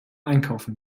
einkaufen